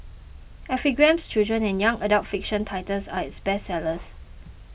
epigram's children and young adult fiction titles are its bestsellers